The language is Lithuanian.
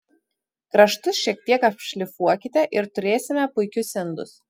kraštus šiek tiek apšlifuokite ir turėsime puikius indus